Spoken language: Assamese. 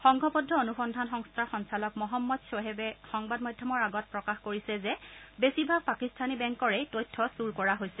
সংঘবদ্ধ অনুসন্ধান সংস্থাৰ সঞ্চালক মহম্মদ শ্বৰেবে সংবাদ মাধ্যমৰ আগত প্ৰকাশ কৰিছে যে বেছিভাগ পাকিস্তানী বেংকৰেই তথ্য চূৰি কৰা হৈছে